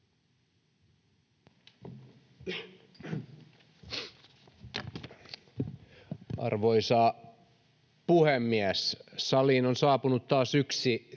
Arvoisa puhemies! Saliin on saapunut taas yksi